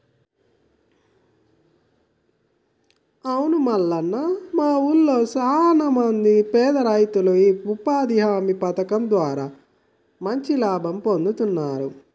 అవును మల్లన్న మా ఊళ్లో సాన మంది పేద రైతులు ఈ ఉపాధి హామీ పథకం ద్వారా మంచి లాభం పొందుతున్నారు